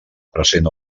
present